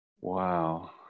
Wow